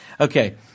Okay